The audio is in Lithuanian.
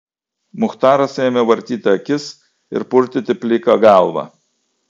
muchtaras ėmė vartyti akis ir purtyti pliką galvą